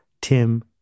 Tim